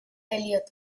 eliot